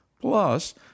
Plus